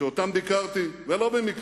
שבהן ביקרתי, ולא במקרה: